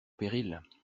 périls